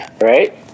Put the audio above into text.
right